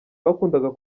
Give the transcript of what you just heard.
bakundaga